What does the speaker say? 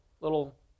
little